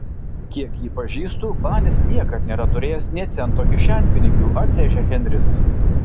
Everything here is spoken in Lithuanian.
kiek jį pažįstu banis niekad nėra turėjęs nė cento kišenpinigių atrėžė henris